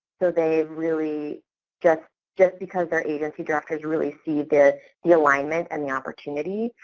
so, they really just just because their agency directors really see the the alignment and the opportunity,